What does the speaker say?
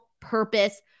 purpose